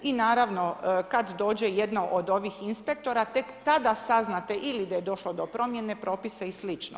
I naravno kad dođe jedno od ovih inspektora tek tada saznate ili da je došlo do promjene propisa i slično.